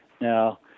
Now